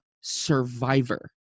Survivor